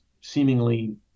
seemingly